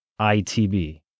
ITB